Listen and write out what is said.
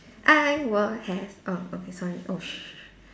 I will have have oh okay sorry oh sh~